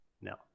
No